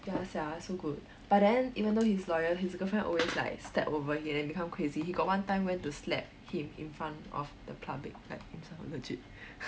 ya sia so good but then even though he is loyal his girlfriend always like step over him then become crazy he got one time went to slap him in front of the public like legit